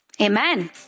amen